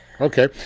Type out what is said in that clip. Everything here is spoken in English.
Okay